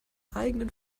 eigenen